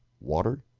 water